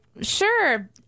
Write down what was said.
sure